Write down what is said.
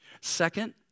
Second